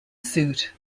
suit